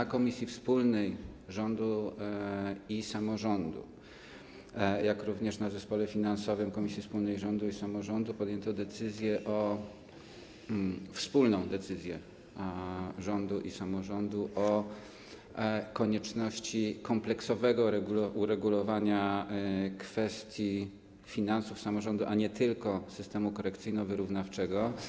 W Komisji Wspólnej Rządu i Samorządu Terytorialnego, jak również w zespole finansowym Komisji Wspólnej Rządu i Samorządu Terytorialnego podjęto wspólną decyzję rządu i samorządu o konieczności kompleksowego uregulowania kwestii finansów samorządu, a nie tylko systemu korekcyjno-wyrównawczego.